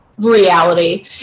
reality